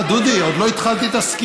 מה, דודי, עוד לא התחלתי את הסקירה.